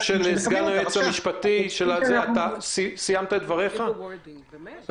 זו דעתנו לגבי